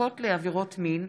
מחלקות לעבירות מין),